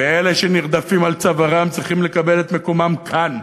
ואלה שנרדפים על צווארם צריכים לקבל את מקומם כאן,